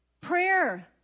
Prayer